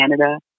Canada